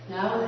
Now